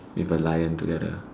with a lion together